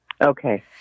Okay